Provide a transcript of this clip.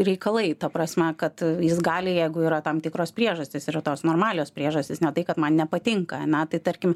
reikalai ta prasme kad jis gali jeigu yra tam tikros priežastys yra tos normalios priežastis ne tai kad man nepatinka ane tai tarkim